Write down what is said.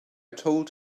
told